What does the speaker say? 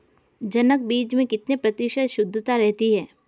जनक बीज में कितने प्रतिशत शुद्धता रहती है?